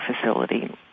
facility